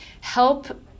help